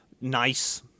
nice